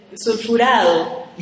sulfurado